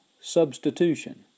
Substitution